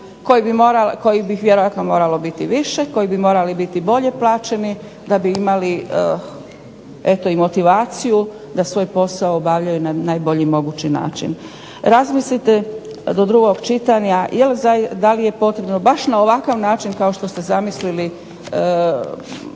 kojih bi vjerojatno moralo biti više, koji bi morali biti bolje plaćeni da bi imali eto i motivaciju da svoj posao obavljaju na najbolji mogući način. Razmislite do drugog čitanja da li je potrebno baš na ovakav način kao što ste zamislili